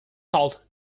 salted